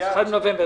יהיה קבוע,